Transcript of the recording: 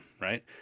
right